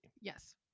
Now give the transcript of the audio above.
Yes